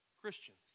Christians